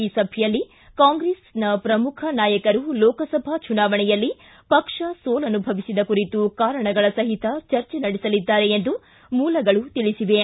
ಈ ಸಭೆಯಲ್ಲಿ ಕಾಂಗ್ರೆಸ್ ಪ್ರಮುಖ ನಾಯಕರು ಲೋಕಸಭಾ ಚುನವಣೆಯಲ್ಲಿ ಪಕ್ಷ ಸೋಲನುಭವಿಸಿದ ಕುರಿತು ಕಾರಣಗಳ ಸಹಿತ ಚರ್ಜೆ ನಡೆಸಲಿದ್ದಾರೆ ಎಂದು ಮೂಲಗಳು ತಿಳಿಸಿವೆ